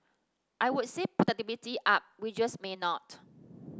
I would say productivity up wages may not